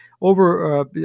over